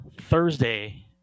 Thursday